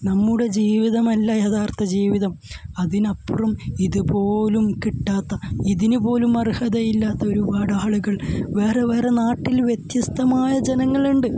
നമ്മുടെ ജീവിതമല്ല യഥാർത്ഥ ജീവിതം അതിനപ്പുറം ഇതുപോലും കിട്ടാത്ത ഇതിനുപോലും അർഹത ഇല്ലാത്ത ഒരുപാട് ആളുകൾ വേറെ വേറെ നാട്ടിൽ വ്യത്യസ്തമായ ജനങ്ങളുണ്ട്